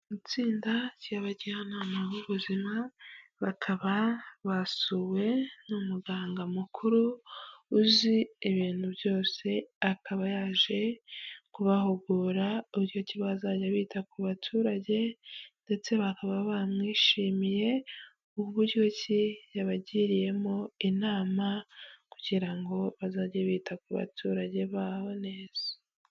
Itsinda ry'abajyanama b'ubuzima, bakaba basuwe n'umuganga mukuru, uzi ibintu byose akaba yaje kubahugura uburyo ki bazajya bita ku baturage ndetse bakaba bamwishimiye, uburyo ki yabagiriyemo inama kugira ngo bazajye bita ku baturage babo neza.